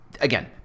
Again